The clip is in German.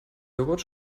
jogurt